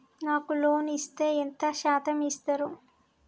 నాకు లోన్ ఇత్తే ఎంత శాతం ఇత్తరు?